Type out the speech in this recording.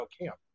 camp